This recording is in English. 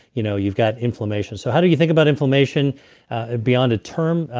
you know you've got inflammation. so how do you think about inflammation ah beyond a term?